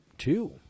Two